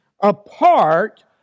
apart